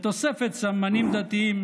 בתוספת סממנים דתיים,